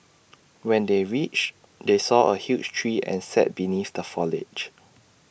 when they reached they saw A huge tree and sat beneath the foliage